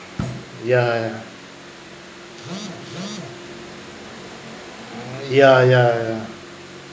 yeah ya ya yeah